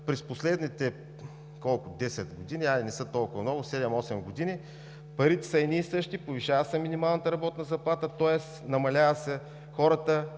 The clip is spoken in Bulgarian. през последните – колко – 10 години, хайде, не са толкова много, 7 – 8 години, парите са едни и същи, повишава се минималната работна заплата, тоест намаляват се хората,